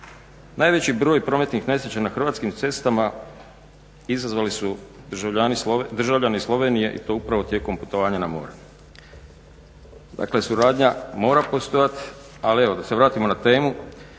2007.najveći broj prometnih nesreća na hrvatskim cestama izazvali su državljani Slovenije i to upravo tijekom putovanja na more. Dakle suradnja mora postojati. Ali evo da se vratimo na temu,